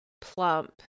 plump